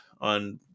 on